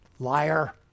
Liar